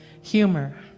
Humor